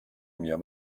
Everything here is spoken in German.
mir